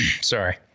sorry